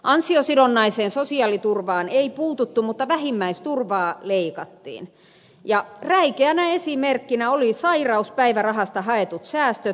ansiosidonnaiseen sosiaaliturvaan ei puututtu mutta vähimmäisturvaa leikattiin ja räikeänä esimerkkinä oli sairauspäivärahasta haetut säästöt